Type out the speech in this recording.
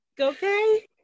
Okay